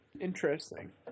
Interesting